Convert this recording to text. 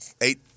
eight